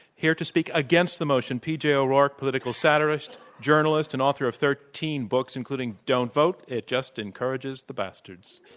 here to speak against the motion, p. j. o'rourke, political satirist, journalist, and author of thirteen books including don't vote it just encourages the bastards.